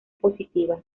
positiva